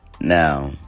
Now